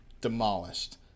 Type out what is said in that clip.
demolished